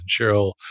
Cheryl